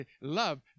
love